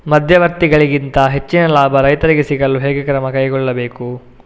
ಮಧ್ಯವರ್ತಿಗಳಿಂದ ಹೆಚ್ಚಿನ ಲಾಭ ರೈತರಿಗೆ ಸಿಗಲು ಹೇಗೆ ಕ್ರಮ ಕೈಗೊಳ್ಳಬೇಕು?